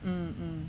mm